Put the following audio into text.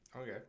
okay